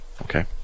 Okay